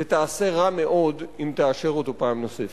ותעשה רע מאוד אם תאשר אותו פעם נוספת.